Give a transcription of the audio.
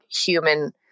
human